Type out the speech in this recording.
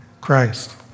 Christ